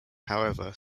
however